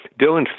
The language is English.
Dylan